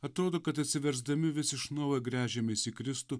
atrodo kad atsiversdami vis iš naujo gręžiamės į kristų